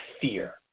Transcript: fear